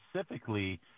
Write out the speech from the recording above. specifically